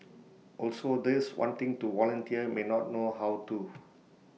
also those wanting to volunteer may not know how to